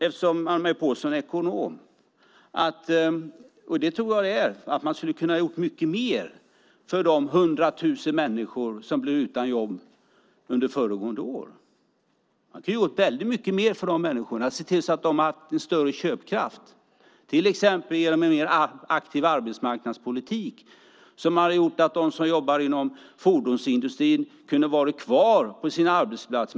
Eftersom Anne-Marie Pålsson är ekonom vill jag säga att jag tror att man skulle ha kunnat göra väldigt mycket mer för de 100 000 människor som blev utan jobb under föregående år. Man kunde ha sett till att de haft större köpkraft, till exempel genom en mer aktiv arbetsmarknadspolitik, som hade gjort att de som jobbar inom fordonsindustrin kunde ha varit kvar på sin arbetsplats.